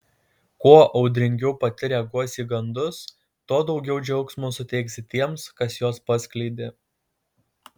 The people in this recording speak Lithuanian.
kuo audringiau pati reaguosi į gandus tuo daugiau džiaugsmo suteiksi tiems kas juos paskleidė